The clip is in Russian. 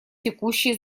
текущий